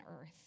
earth